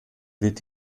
wird